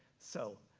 so,